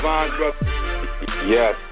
yes